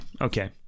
Okay